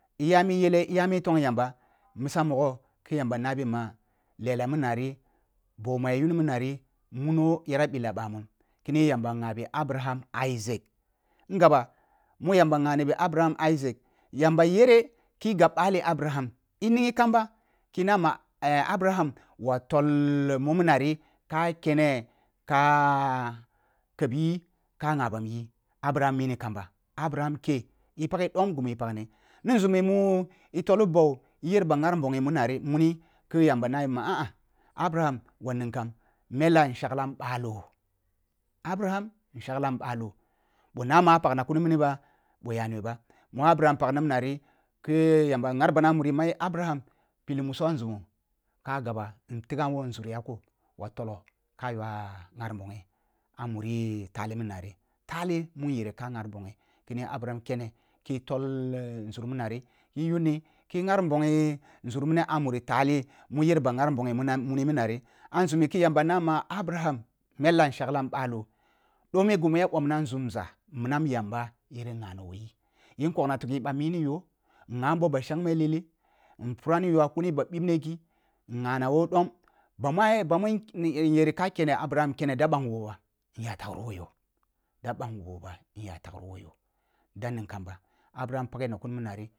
Iya mi yele iya mi tong yamba misa mogho ki yamba na bi ma lela mini nari boh mu ya yuni mini nari muno yara ɓila ɓamun ki yamba ngha bi abraham isaac yamba jere ki yan ɓali abraham i ning yi kamba ta nama abraham tol muminai ka ka kyeb yi ka ngha bam yi abraham mini kamba abraham keh i paghe dom gimu i pagni ni nzumi mu mu i toli bau iyer ba nghar bongyi mun nari muni ki yamba nabi ma ah-ah abraham wa ning kan melo nshaglam balo abraham nshaglaglam balo boh namah ah pag kuni mini bah bah ya nuwe bah mu abraham pag mini nan ki yamba nghar ban ah muri ma abraham pilli muso ah nzumo ka gaba nturum boh nzur yako wa tollo ka yauna nghar nbongu ah muri tali min nan tali munyer ka nghar nbongyi kini abraham kene ki foi nzur min nan i yuni ki nghar nbonghi nzur mini ah muri tali mu yer ba nghar nbongh muna muni min nari ah nzumi ki yamba nama abraham mela nshaglam bodo domé ghi mu ah bomns nzunza minam jamba ngha na bonyi yin kogna tighi bah mini yoh ngham boh ba shanme tili nguran niyoh a kuni ba bibne ghi ngha nawoɗom ba muja ba mun in-inyere ka kene abraham kene da ɓang wubo ba nyatawuaru woh yoh-da ɓang wubo nyata wuru woh you da ning kam ba abraham paghe na kuni mini nari.